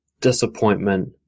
disappointment